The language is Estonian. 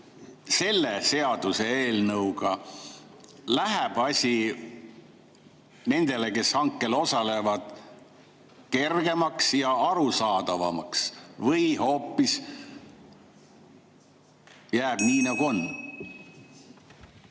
selle seaduseelnõuga läheb asi nendele, kes hankel osalevad, kergemaks ja arusaadavamaks või jääb nii, nagu on?